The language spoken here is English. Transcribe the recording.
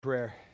prayer